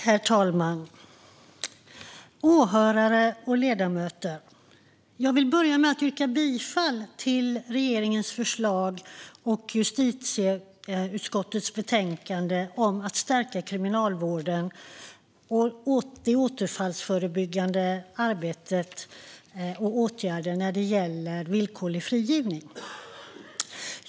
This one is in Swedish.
Herr talman, åhörare och ledamöter! Jag vill börja med att yrka bifall till regeringens förslag och förslaget i justitieutskottets betänkande om att stärka Kriminalvården och det återfallsförebyggande arbetet och om åtgärder när det gäller villkorlig frigivning.